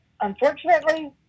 unfortunately